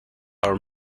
our